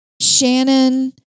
Shannon